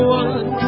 one